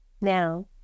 now